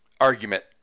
argument